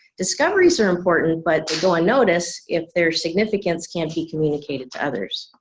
discoveries are important but go unnoticed if their significance can't be communicated to others.